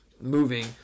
moving